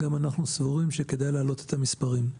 גם אנחנו סבורים שכדאי להעלות את המספרים.